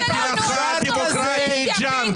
מבחינתך, הדמוקרטיה זה ג'אנק.